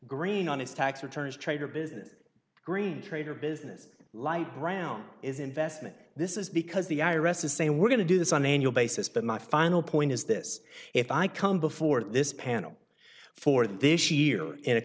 green on his tax returns trader business green trader business light brown is investment this is because the i r s is saying we're going to do this on annual basis but my final point is this if i come before this panel for this year in a